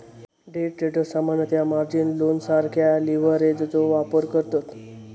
day traders सामान्यतः margin लोनसारख्या लीव्हरेजचो वापर करतत